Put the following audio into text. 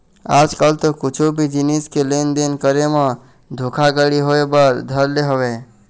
आज कल तो कुछु भी जिनिस के लेन देन करे म धोखा घड़ी होय बर धर ले हवय